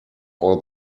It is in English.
all